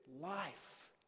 life